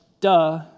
duh